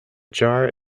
jar